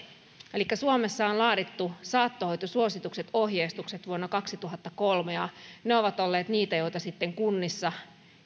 elikkä suomessa on laadittu saattohoitosuositukset ja ohjeistukset vuonna kaksituhattakolme ja ne ovat olleet niitä joita sitten kunnissa